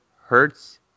Hertz